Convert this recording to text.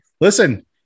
Listen